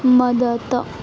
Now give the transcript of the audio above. मदत